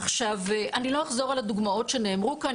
עכשיו אני לא אחזור על הדוגמאות שנאמרו כאן,